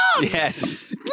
yes